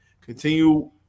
Continue